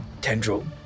tendril